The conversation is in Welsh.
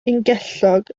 ungellog